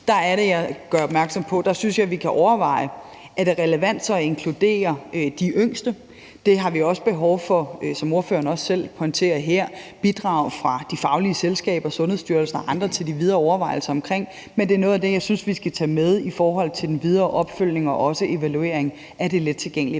er det, jeg gør opmærksom på, at jeg synes, at vi kan overveje, om det er relevant at inkludere de yngste. Til de videre overvejelser om det har vi, som ordføreren også selv pointerer her, behov for bidrag fra de faglige selskaber, Sundhedsstyrelsen og andre, men det er noget af det, jeg synes vi skal tage med i den videre opfølgning og evaluering af det lettilgængelige